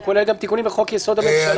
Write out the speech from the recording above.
זה כולל גם תיקונים בחוק יסוד: הממשלה,